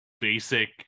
basic